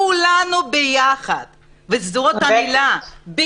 כולנו ביחד זאת המילה,